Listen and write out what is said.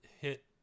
hit